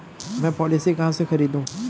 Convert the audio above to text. मैं पॉलिसी कहाँ से खरीदूं?